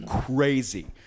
crazy